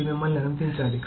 ఇది మిమ్మల్ని అనుమతించాలి